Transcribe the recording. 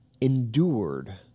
endured